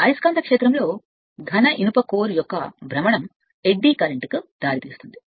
అయస్కాంత క్షేత్రంలో ఘన ఇనుప కోర్ యొక్క భ్రమణం ఎడ్డీ కరెంట్కు దారితీస్తుంది